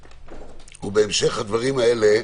בהמשך לדברים האלה,